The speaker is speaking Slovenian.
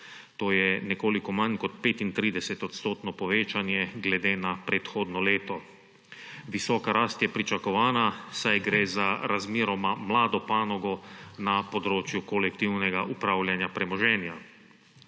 To je nekoliko manj kot 35-odstotno povečanje glede na predhodno leto. Visoka rast je pričakovana, saj gre za razmeroma mlado panogo na področju kolektivnega upravljanja premoženja.